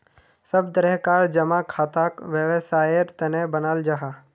सब तरह कार जमा खाताक वैवसायेर तने बनाल जाहा